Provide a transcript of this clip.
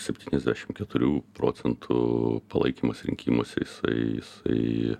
septyniasdešim keturių procentų palaikymas rinkimuose jisai jisai